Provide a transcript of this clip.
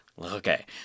okay